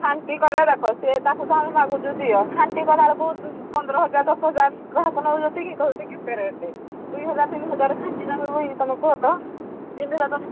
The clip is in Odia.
ଖାଣ୍ଟି କହିଲେ ଦେଖ ସେ ତାକୁ ତ ଆମେ ମାଗୁଛୁ ଦିଅ ଖାଣ୍ଟି କଲାବେଳକୁ ପନ୍ଦର ହଜାର ଦଶ ହଜାର ଗ୍ରାହକ ନେଉଛନ୍ତି କି କିଏ କହୁଛି କେତେ ରେଟ୍ ଦୁଇହଜାର ତିନି ହଜାର ଖାଣ୍ଟି ହବ କି ତୁମେ କୁହ ତ ଯେମିତି ତ